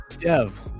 Dev